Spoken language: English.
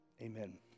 Amen